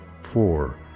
four